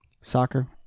Soccer